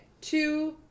two